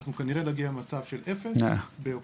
אנחנו כנראה נגיע למצב של אפס באוקטובר,